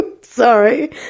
Sorry